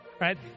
right